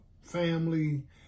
family